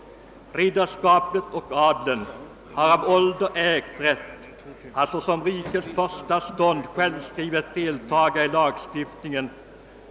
R. o. Ad. har af ålder egt rätt, att, såsom rikets första Stånd, sjelfskrifvet deltaga i lagstiftningen.